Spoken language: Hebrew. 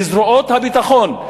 לזרועות הביטחון,